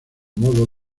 modo